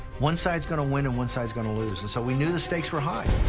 one side's going to win, and one side's going to lose. and so we knew the stakes were high.